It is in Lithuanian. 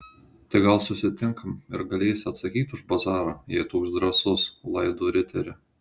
tai gal susitinkam ir galėsi atsakyt už bazarą jei toks drąsus laido riteri